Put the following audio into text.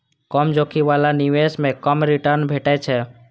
कम जोखिम बला निवेश मे कम रिटर्न भेटै छै